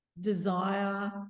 desire